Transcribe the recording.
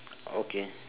okay